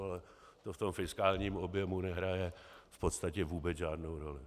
Ale to v tom fiskálním objemu nehraje v podstatě vůbec žádnou roli.